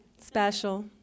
Special